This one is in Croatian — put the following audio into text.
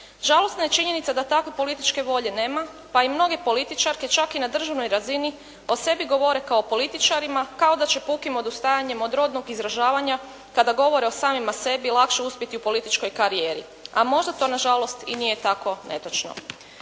Žalosna je činjenica da takve političke volje nema pa i mnoge političarke čak i na državnoj razini o sebi govore kao o političarima kao da će pukim odustajanjem od rodnog izražavanja kada govore o samima sebi lakše uspjeti u političkoj karijeri. A možda to nažalost i nije tako netočno.